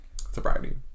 sobriety